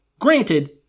Granted